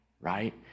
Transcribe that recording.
right